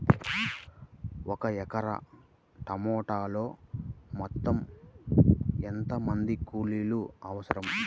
ఒక ఎకరా టమాటలో మొత్తం ఎంత మంది కూలీలు అవసరం?